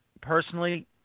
personally